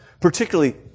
particularly